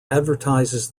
advertises